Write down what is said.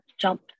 jump